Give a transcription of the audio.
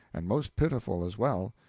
and most pitiful as well,